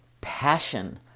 passion